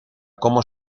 como